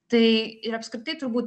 tai ir apskritai turbūt